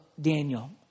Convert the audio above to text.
Daniel